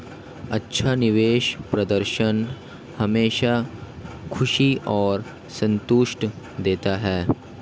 अच्छा निवेश प्रदर्शन हमेशा खुशी और संतुष्टि देता है